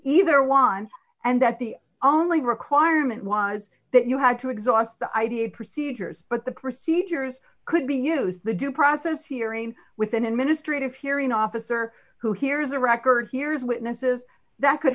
either won and that the only requirement was that you had to exhaust the idea of procedures but the crissy jurors could be use the due process hearing with an administrative hearing officer who hears a record hears witnesses that could